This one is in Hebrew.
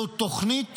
הוא תוכנית